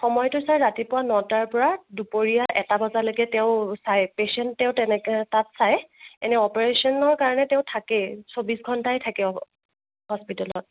সময়টো ছাৰ ৰাতিপুৱা ন টাৰ পৰা দুপৰীয়া এটা বজালৈকে তেওঁ চাই পেছেণ্ট তেওঁ তেনেকে তাত চায় এনেই অপাৰেচনৰ কাৰণে তেওঁ থাকেই চৌব্বিছ ঘণ্টাই থাকে হস্পিতেলত